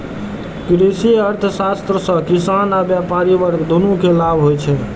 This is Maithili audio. कृषि अर्थशास्त्र सं किसान आ व्यापारी वर्ग, दुनू कें लाभ होइ छै